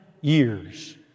years